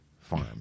Farm